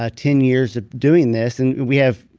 ah ten years of doing this. and we have.